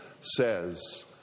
says